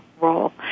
role